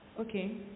Okay